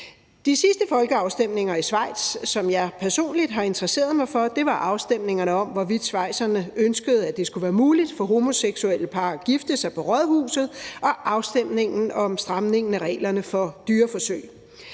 De sidste folkeafstemninger i Schweiz, som jeg personligt har interesseret mig for, var afstemningerne om, hvorvidt schweizerne ønskede, at det skulle være muligt for homoseksuelle par at gifte sig på rådhuset, og afstemningen om stramningen af reglerne for dyreforsøg.